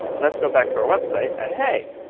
let's go back to our website, and hey,